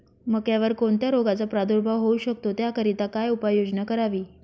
मक्यावर कोणत्या रोगाचा प्रादुर्भाव होऊ शकतो? त्याकरिता काय उपाययोजना करावी?